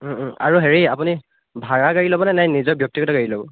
আৰু হেৰি আপুনি ভাৰা গাড়ী ল'ব নে নিজৰ ব্যক্তিগত গাড়ী ল'ব